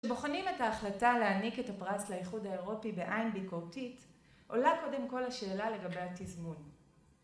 כשבוחנים את ההחלטה להעניק את הפרס לאיחוד האירופי בעין ביקורתית, עולה קודם כל השאלה לגבי התזמון.